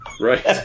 right